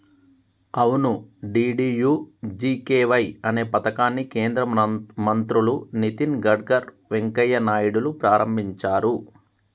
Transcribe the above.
అవును డి.డి.యు.జి.కే.వై అనే పథకాన్ని కేంద్ర మంత్రులు నితిన్ గడ్కర్ వెంకయ్య నాయుడులు ప్రారంభించారు